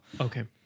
Okay